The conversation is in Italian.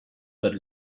per